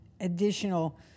additional